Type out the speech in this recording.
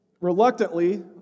reluctantly